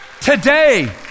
Today